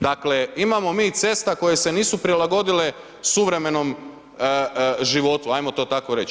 Dakle, imamo mi i cesta koje se nisu prilagodile suvremenom životu, hajmo to tako reći.